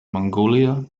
mongolia